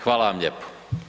Hvala vam lijepo.